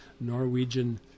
Norwegian